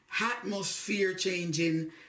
atmosphere-changing